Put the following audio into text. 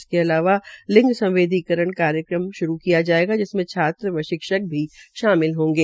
इसके अलावा लिंग संवेदीकरण कार्यक्रम श्रू किया जायेगा जिसमें छात्र व शिक्षक भी शामिल होंगे